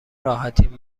راحتین